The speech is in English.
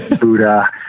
Buddha